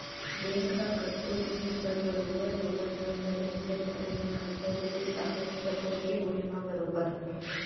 bank ह कतको जिनिस बर बरोबर लोगन मन ल जरुरत पड़े म करजा देथे कागज पतर के होय म बरोबर